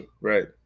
right